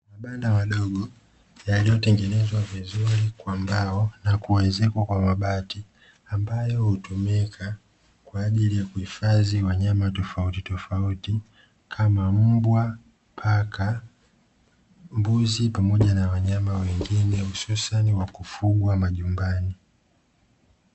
Mabanda madogo, yaliyotengenezwa vizuri kwa mbao na kuezekwa kwa bati, ambayo hutumika kwa ajili ya kuhifadhi wanyama tofauti ofauti, kama mbwa, paka, mbuzi pamoja na wanyama wengine, hususani wa kufugwa majumbani.